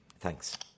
Thanks